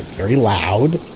very loud.